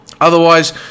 Otherwise